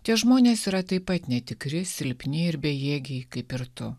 tie žmonės yra taip pat netikri silpni ir bejėgiai kaip ir tu